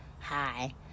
Hi